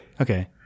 Okay